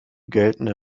geltende